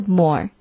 more